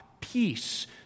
peace